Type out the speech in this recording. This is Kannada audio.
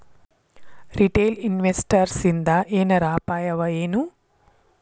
ರಿಟೇಲ್ ಇನ್ವೆಸ್ಟರ್ಸಿಂದಾ ಏನರ ಅಪಾಯವಎನು?